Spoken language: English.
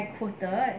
I coded